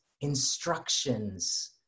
instructions